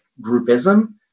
groupism